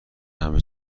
همه